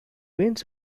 winds